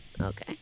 Okay